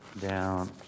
down